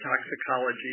toxicology